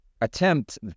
attempt